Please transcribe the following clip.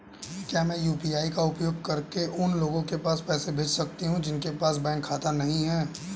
क्या मैं यू.पी.आई का उपयोग करके उन लोगों के पास पैसे भेज सकती हूँ जिनके पास बैंक खाता नहीं है?